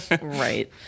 Right